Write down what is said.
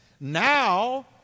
now